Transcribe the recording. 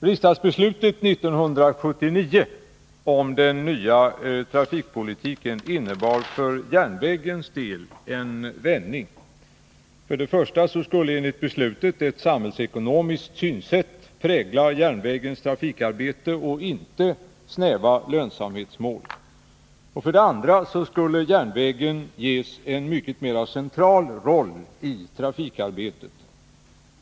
Herr talman! Riksdagsbeslutet 1979 om den nya trafikpolitiken innebar för järnvägens del en vändning. För det första så skulle enligt beslutet ett samhällsekonomiskt synsätt prägla järnvägens trafikarbete och inte snäva lönsamhetsmål. För det andra skulle järnvägen ges en mycket mera central roll i trafikarbetet.